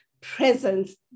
presence